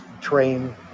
train